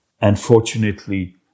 unfortunately